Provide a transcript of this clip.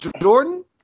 Jordan